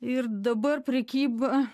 ir dabar prekyba